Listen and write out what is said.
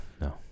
no